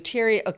Terry